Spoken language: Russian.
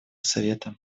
совета